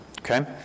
Okay